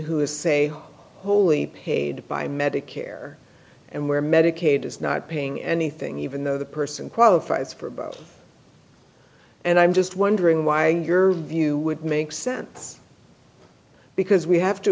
who is say wholly paid by medicare and where medicaid is not paying anything even though the person qualifies for about and i'm just wondering why your view would make sense because we have to